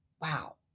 wow